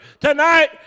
Tonight